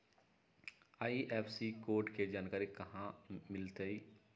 IFSC code के जानकारी कहा मिलतई